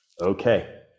Okay